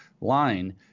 line